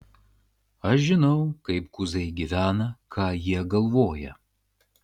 aš žinau kaip kuzai gyvena ką jie galvoja